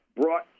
brought